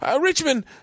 Richmond